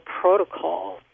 protocol